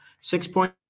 Six-point